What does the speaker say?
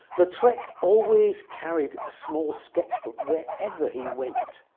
lautrec always carried a small sketchbook wherever he went.